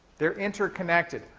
they're interconnected.